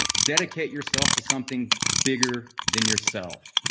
dedicate yourself to something bigger than yourself.